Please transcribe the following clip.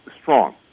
strong